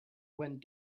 went